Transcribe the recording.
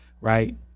Right